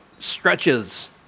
stretches